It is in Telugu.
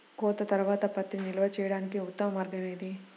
కోత తర్వాత పత్తిని నిల్వ చేయడానికి ఉత్తమ మార్గం ఏది?